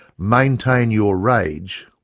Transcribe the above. maintain your rage!